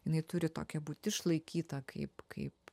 jinai turi tokia būt išlaikyta kaip kaip